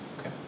Okay